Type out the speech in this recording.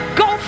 go